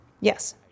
Yes